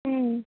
ఆ